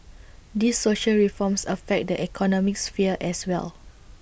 these social reforms affect the economic sphere as well